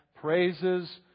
praises